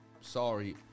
Sorry